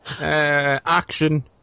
Action